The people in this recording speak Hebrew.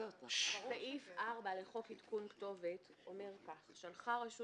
סעיף 4 לחוק עדכון כתובת אומר כך: "שלחה רשות